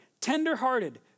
tender-hearted